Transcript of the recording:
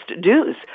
dues